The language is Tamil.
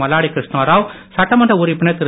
மல்லாடி கிருஷ்ணராவ் சட்டமன்ற உறுப்பினர் திரு